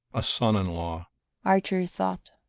a son-in-law archer thought.